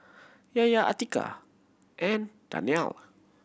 Yahya Atiqah and Daniel